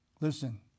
Listen